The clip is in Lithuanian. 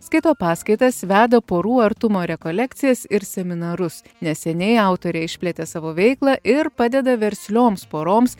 skaito paskaitas veda porų artumo rekolekcijas ir seminarus neseniai autorė išplėtė savo veiklą ir padeda verslioms poroms